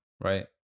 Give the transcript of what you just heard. right